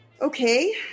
okay